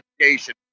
Education